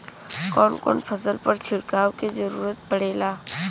कवन कवन फसल पर छिड़काव के जरूरत पड़ेला?